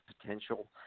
potential